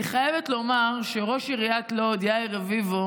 אני חייבת לומר שראש עיריית לוד יאיר רביבו